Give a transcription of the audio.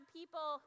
people